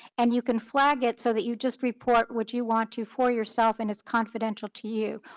and you can flag it so that you just report what you want to for yourself, and it's confidential to you.